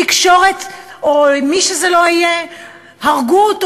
התקשורת או מי שזה לא יהיה הרגו אותו